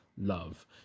love